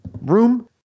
room